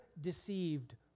deceived